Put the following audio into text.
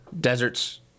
deserts